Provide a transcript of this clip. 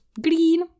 green